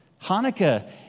Hanukkah